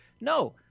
No